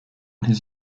his